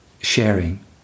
sharing